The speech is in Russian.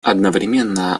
одновременно